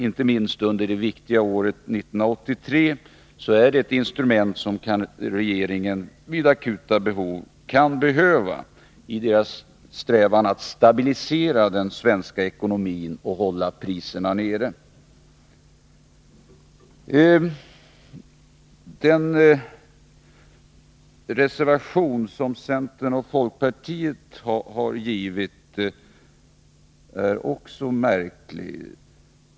Inte minst under det viktiga året 1983 är detta ett instrument som regeringen vid akuta behov kan använda i sin strävan att stabilisera den svenska ekonomin och hålla priserna nere. Den reservation som centern och folkpartiet har avgivit är också märklig.